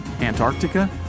Antarctica